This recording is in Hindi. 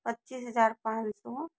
पच्चीस हज़ार पाँच सौ